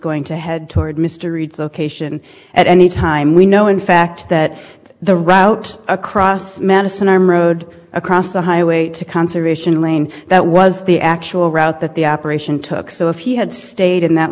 going to head toward mr reed's location at any time we know in fact that it's the route across madison arm road across the highway to conservation lane that was the actual route that the operation took a so if he had stayed in that